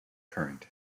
current